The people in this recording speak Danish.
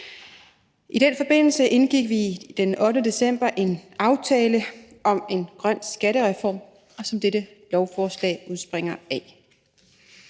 I den forbindelse indgik vi den 8. december en aftale om en grøn skattereform, som dette lovforslag udspringer af.